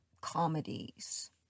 comedies